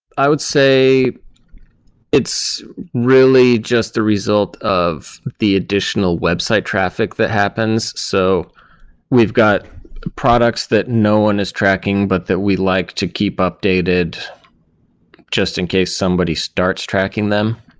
i would say it's really just the result of the additional website traffic that happens. so we've got products that no one is tracking, but we like to keep updated just in case somebody starts tracking them.